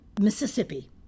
Mississippi